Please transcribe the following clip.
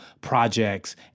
projects